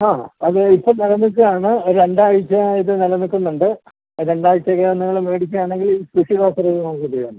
ആ അത് ഇപ്പം കുറഞ്ഞിട്ടാണ് രണ്ടാഴ്ച ഇത് നില നിൽക്കുന്നുണ്ട് രണ്ട് ആഴ്ചയ്ക്കകം നിങ്ങൾ മേടിക്കുകയാണെങ്കിൽ സ്പെഷ്യൽ ഓഫർ നമുക്ക് ചെയ്യാം